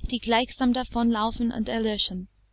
die gleichsam davon laufen und erlöschen